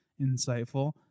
insightful